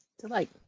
delight